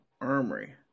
Armory